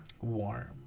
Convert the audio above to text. Warm